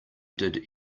did